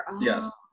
Yes